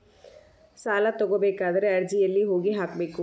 ಸಾಲ ತಗೋಬೇಕಾದ್ರೆ ಅರ್ಜಿ ಎಲ್ಲಿ ಹೋಗಿ ಹಾಕಬೇಕು?